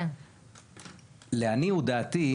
לעניות דעתי,